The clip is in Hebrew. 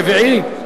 הרביעי?